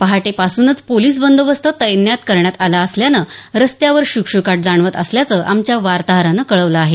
पहाटे पासूनच पोलीस बंदोबस्त तैनात करण्यात आला असल्यान रस्त्यावर शुकशुकाट जाणवत असल्याचं आमच्या वार्ताहरानं कळवल आहे